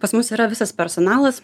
pas mus yra visas personalas